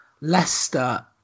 Leicester